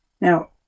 Now